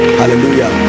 hallelujah